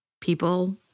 people